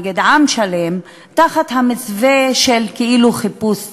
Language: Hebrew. נגד עם שלם תחת המסווה של כאילו חיפוש צדק.